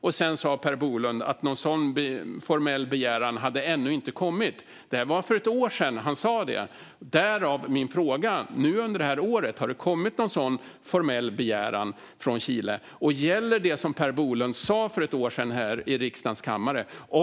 Per Bolund sa också att någon sådan formell begäran ännu inte hade kommit. Detta sas för ett år sedan, därav min fråga. Min första fråga var alltså om det kommit någon sådan formell begäran från Chile under det här året. Min andra fråga var om det som Per Bolund sa för ett år sedan här i riksdagens kammare fortfarande gäller.